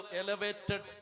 elevated